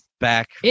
back